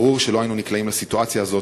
ברור שלא היינו נקלעים לסיטואציה הזאת